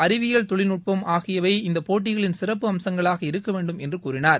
அறிவியல் தொழில்நுட்பம் ஆகியவை இந்த போட்டிகளின் சிற்ப்பு அம்சங்களாக இருக்க வேண்டும் என்று கூறினார்